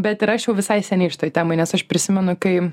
bet ir aš jau visai seniai šitoj temoj nes aš prisimenu kai